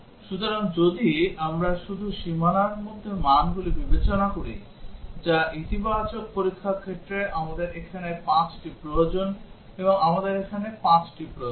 সুতরাং যদি আমরা শুধু সীমানার মধ্যে মানগুলি বিবেচনা করি যা ইতিবাচক পরীক্ষার ক্ষেত্রে আমাদের এখানে 5 টি প্রয়োজন এবং আমাদের এখানে 5 টি প্রয়োজন